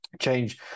change